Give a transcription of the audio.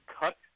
cut